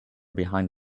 behind